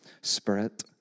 Spirit